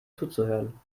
zuzuhören